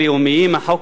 החוק הבין-לאומי,